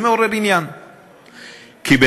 זה מעורר עניין.